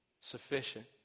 sufficient